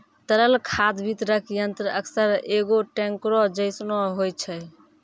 तरल खाद वितरक यंत्र अक्सर एगो टेंकरो जैसनो होय छै